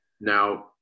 now